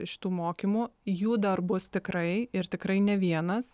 iš tų mokymų jų darbus tikrai ir tikrai ne vienas